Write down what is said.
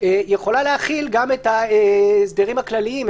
יכולה להחיל גם את ההסדרים הכלליים,